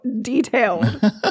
detailed